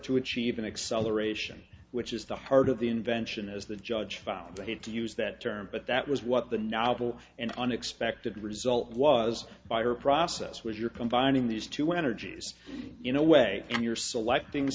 to achieve an acceleration which is the heart of the invention as the judge found that he had to use that term but that was what the novel and unexpected result was by her process where you're combining these two energies in a way and you're selecting